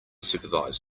supervise